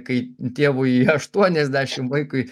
kai tėvui aštuoniasdešim vaikui